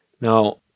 Now